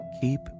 keep